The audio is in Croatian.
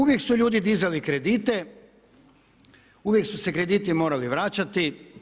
Uvijek su ljudi dizali kredite, uvijek su se krediti morali vraćati.